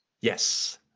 Yes